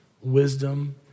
wisdom